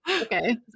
Okay